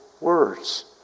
words